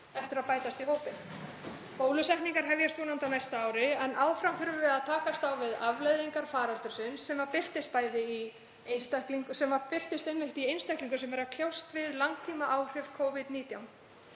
eftir að bætast í hópinn. Bólusetningar hefjast vonandi á næsta ári en áfram þurfum við að takast á við afleiðingar faraldursins sem birtast einmitt hjá einstaklingum sem eru að kljást við langtímaáhrif Covid-19.